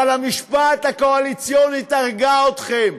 אבל המשמעת הקואליציונית הרגה אתכם.